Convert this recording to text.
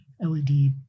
LED